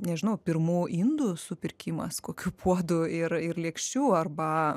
nežinau pirmų indų supirkimas kokių puodų ir ir lėkščių arba